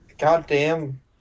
goddamn